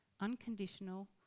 unconditional